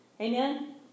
Amen